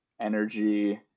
energy